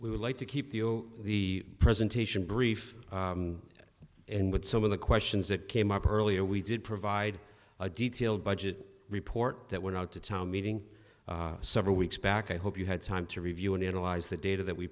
we would like to keep the presentation brief and with some of the questions that came up earlier we did provide a detailed budget report that went out to tom meeting several weeks back i hope you had time to review and analyze the data that we